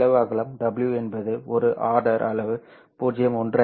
பிளவு அகலம் w என்பது ஒரு ஆர்டர் அளவு 0